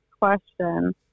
question